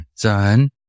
done